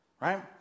right